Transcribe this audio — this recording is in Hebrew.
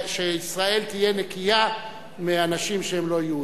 שישראל תהיה נקייה מאנשים שהם לא יהודים.